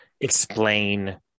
explain